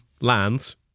lands